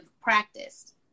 practice